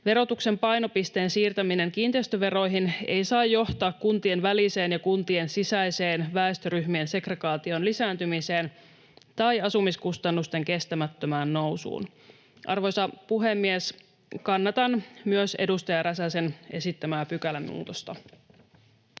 Verotuksen painopisteen siirtäminen kiinteistöveroihin ei saa johtaa kuntien väliseen ja kuntien sisäiseen väestöryhmien segregaation lisääntymiseen tai asumiskustannusten kestämättömään nousuun. Arvoisa puhemies! Kannatan myös edustaja Räsäsen esittämää pykälämuutosta.